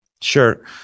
Sure